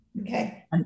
okay